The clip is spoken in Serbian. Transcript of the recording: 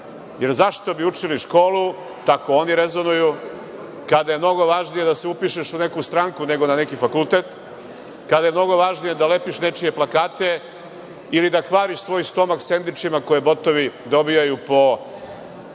jer zašto bi učili školu, tako oni rezonuju, kada je mnogo važnije da se upišeš u neku stranku nego na neki fakultet. Kada je mnogo važnije da lepiš nečije plakate ili da kvariš svoj stomak sendvičima koje botovi dobijaju po